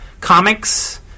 comics